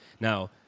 Now